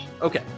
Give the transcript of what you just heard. Okay